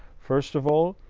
first of all,